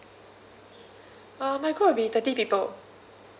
uh my group will be thirty people